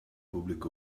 public